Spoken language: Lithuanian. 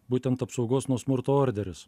būtent apsaugos nuo smurto orderis